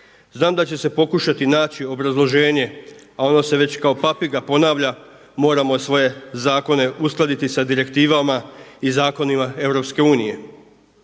Znam da će se pokušati naći obrazloženje, a ono se već kao papiga ponavlja moramo svoje zakone uskladiti sa direktivama i zakonima EU.